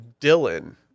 Dylan